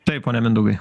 taip pone mindaugai